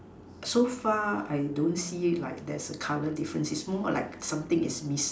so far I don't see like there's a colour difference is more like something is missing